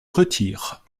retire